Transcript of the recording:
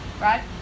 right